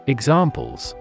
Examples